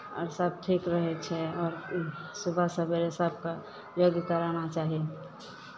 आओर सभ ठीक रहै छै आओर ई सुबह सवेरे सभकेँ योगी कराना चाही